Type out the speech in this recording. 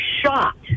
shot